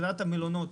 מלונות